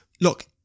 Look